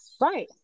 Right